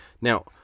Now